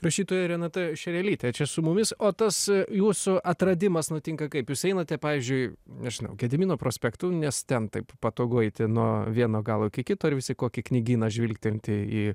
rašytoja renata šerelytė čia su mumis o tas jūsų atradimas nutinka kaip jūs einate pavyzdžiui nežinau gedimino prospektu nes ten taip patogu eiti nuo vieno galo iki kito ir vis į kokį knygyną žvilgtelti į